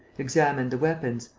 examined the weapons,